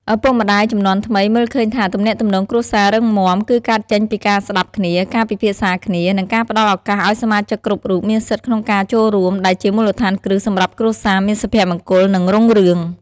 ឪពុកម្ដាយជំនាន់ថ្មីមើលឃើញថា ទំនាក់ទំនងគ្រួសាររឹងមាំគឺកើតចេញពីការស្ដាប់គ្នា ការពិភាក្សាគ្នា និងការផ្ដល់ឱកាសឲ្យសមាជិកគ្រប់រូបមានសិទ្ធិក្នុងការចូលរួម ដែលជាមូលដ្ឋានគ្រឹះសម្រាប់គ្រួសារមានសុភមង្គល និងរុងរឿង។